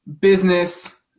business